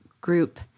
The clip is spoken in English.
group